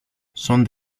son